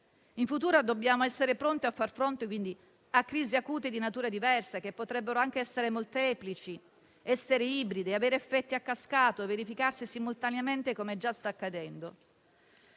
In futuro dobbiamo essere pronti a far fronte a crisi acute di natura diversa, che potrebbero anche essere molteplici, essere ibride, avere effetti a cascata o verificarsi simultaneamente, come già sta accadendo.